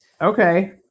Okay